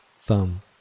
thumb